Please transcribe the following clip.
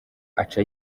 aca